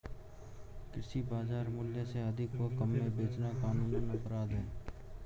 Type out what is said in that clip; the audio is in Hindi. कृषि बाजार मूल्य से अधिक व कम में बेचना कानूनन अपराध है